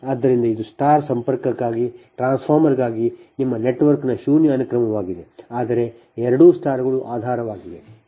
ಆದ್ದರಿಂದ ಇದು ಸ್ಟಾರ್ ಸಂಪರ್ಕಕ್ಕಾಗಿ ಟ್ರಾನ್ಸ್ಫಾರ್ಮರ್ಗಾಗಿ ನಿಮ್ಮ ನೆಟ್ವರ್ಕ್ನ ಶೂನ್ಯ ಅನುಕ್ರಮವಾಗಿದೆ ಆದರೆ ಎರಡೂ ಸ್ಟಾರ್ಗಳು ಆಧಾರವಾಗಿವೆ